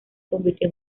convirtió